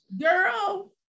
girl